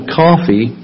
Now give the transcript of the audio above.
coffee